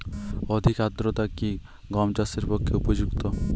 অধিক আর্দ্রতা কি গম চাষের পক্ষে উপযুক্ত?